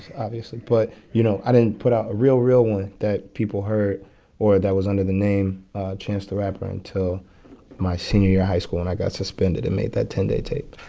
obviously. but, you know, i didn't put out a real, real one that people heard or that was under the name chance the rapper until my senior year of high school and i got suspended and made that ten day tape.